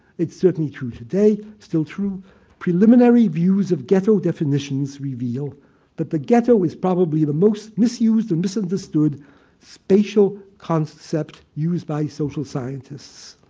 it's certainly true today. still true preliminary views of ghetto definitions reveal that the ghetto was probably the most misused and misunderstood spatial concept used by social scientists.